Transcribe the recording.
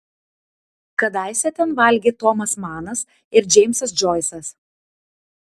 kadaise ten valgė tomas manas ir džeimsas džoisas